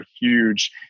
huge